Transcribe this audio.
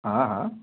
हाँ हाँ